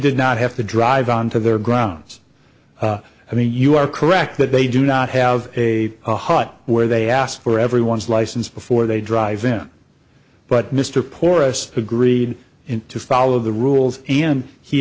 did not have to drive on to their grounds i mean you are correct that they do not have a hut where they asked for everyone's license before they drive them but mr porus agreed in to follow the rules and he